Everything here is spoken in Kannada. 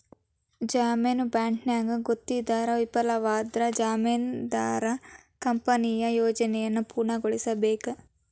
ಜಾಮೇನು ಬಾಂಡ್ನ್ಯಾಗ ಗುತ್ತಿಗೆದಾರ ವಿಫಲವಾದ್ರ ಜಾಮೇನದಾರ ಕಂಪನಿಯ ಯೋಜನೆಯನ್ನ ಪೂರ್ಣಗೊಳಿಸಬೇಕ